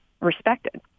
respected